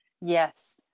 yes